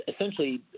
essentially